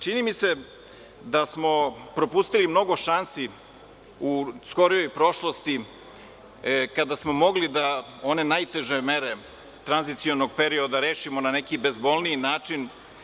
Čini mi se da smo propustili mnogo šansi u skorijoj prošlosti kada smo mogli da one najteže mere tranzicionog perioda rešimo na neki bezbolniji način.